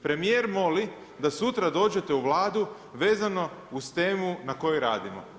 Premijer moli da sutra dođete u Vladu vezano uz temu na kojoj radimo.